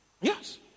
Yes